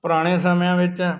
ਪੁਰਾਣੇ ਸਮਿਆਂ ਵਿੱਚ